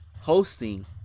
hosting